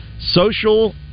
social